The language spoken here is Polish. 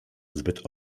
zbyt